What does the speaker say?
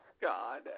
God